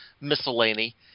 miscellany